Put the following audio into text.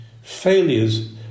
failures